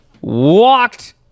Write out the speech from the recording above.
walked